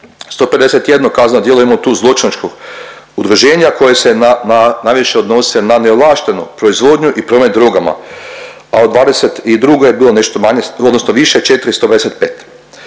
151 kazneno djelo imamo tu zločinačko udruženja koji se najviše odnose na neovlaštenu proizvodnju i promet drogama, a u '22. je bilo nešto manje odnosno više 425.